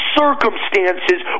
circumstances